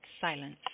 silence